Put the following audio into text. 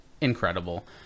incredible